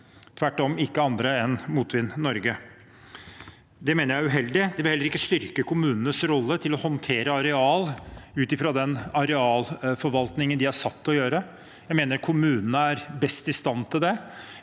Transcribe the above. tvert om, ikke andre enn Motvind Norge. Det mener jeg er uheldig. Det vil heller ikke styrke kommunenes rolle med hensyn til å håndtere areal ut fra den arealforvaltningen de er satt til å gjøre. Jeg mener kommunene er best i stand til det.